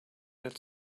that